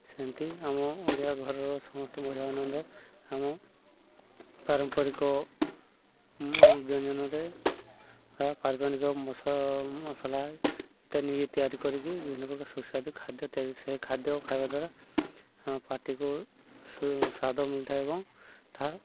ସେନ୍ତି ଆମ ଓଡ଼ିଆ ଘରର ସମସ୍ତେ ମଜା ଆନନ୍ଦ ଆମ ପାରମ୍ପରିକ ବ୍ୟଞ୍ଜନରେ ବା ପାରମ୍ପରିକ ମସ ମସଲା ଇତ୍ୟାଦି ନିଜେ ତିଆରି କରିକି ବିଭିନ୍ନ ପ୍ରକାର ସୁସ୍ୱାଦ ଖାଦ୍ୟ ତିଆରି ସେ ଖାଦ୍ୟ ଖାଇବା ଦ୍ୱାରା ପାଟିକୁ ସୁ ସ୍ୱାଦ ମିଳି ଥାଏ ଏବଂ ତାହା